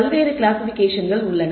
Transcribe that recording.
பல்வேறு கிளாசிபிகேஷன்கள் உள்ளன